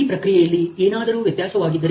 ಈ ಪ್ರಕ್ರಿಯೆಯಲ್ಲಿ ಏನಾದರೂ ವ್ಯತ್ಯಾಸವಾಗಿದ್ದರೆ